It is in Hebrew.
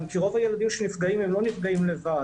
כי רוב הילדים שנפגעים הם לא נפגעים לבד,